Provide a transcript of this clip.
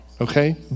okay